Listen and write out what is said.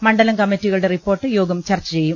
മണ്ഡലം കമ്മിറ്റികളുടെ റിപ്പോർട്ട് യോഗം ചർച്ച ചെയ്യും